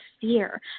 fear